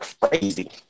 crazy